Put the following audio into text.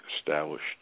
established